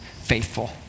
faithful